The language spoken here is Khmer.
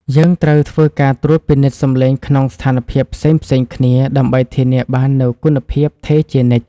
យើងត្រូវធ្វើការត្រួតពិនិត្យសំឡេងក្នុងស្ថានភាពផ្សេងៗគ្នាដើម្បីធានាបាននូវគុណភាពថេរជានិច្ច។